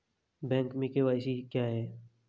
Bank में KYC क्या है?